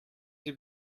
sie